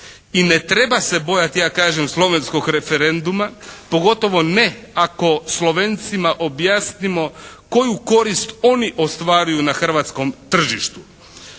i ne treba se bojati ja kažem slovenskog referenduma, pogotovo ne ako Slovencima objasnimo koju korist oni ostvaruju na hrvatskom tržištu.